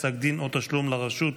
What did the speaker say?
פסק דין או תשלום לרשות),